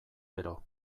gero